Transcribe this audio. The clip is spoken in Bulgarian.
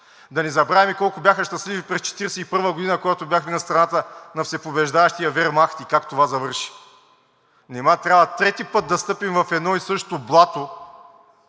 Да не забравяме колко бяха щастливи през 1941 г., когато бяхме на страната на всепобеждаващия Вермахт и как това завърши. Нима трябва трети път да стъпим в едно и също блато,